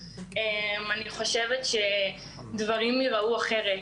אני חושבת שדברים ייראו אחרת.